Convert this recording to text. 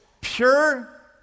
pure